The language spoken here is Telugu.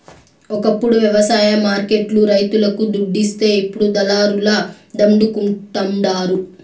ఒకప్పుడు వ్యవసాయ మార్కెట్ లు రైతులకు దుడ్డిస్తే ఇప్పుడు దళారుల దండుకుంటండారు